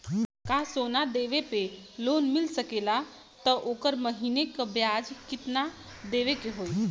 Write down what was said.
का सोना देले पे लोन मिल सकेला त ओकर महीना के ब्याज कितनादेवे के होई?